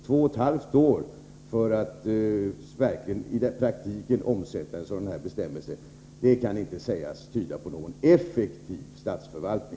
Två och ett halvt år för att i praktiken omsätta en sådan här bestämmelse kan inte sägas tyda på någon effektiv statsförvaltning.